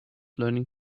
learning